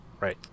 Right